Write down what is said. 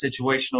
situational